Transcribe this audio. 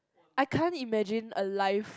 I can't imagine a life